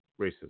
racism